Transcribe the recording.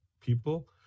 people